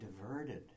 diverted